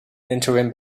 interim